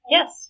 Yes